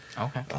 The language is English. Okay